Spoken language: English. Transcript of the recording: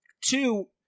two